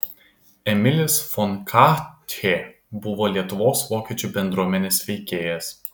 emilis fon katchė buvo lietuvos vokiečių bendruomenės veikėjas